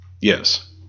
yes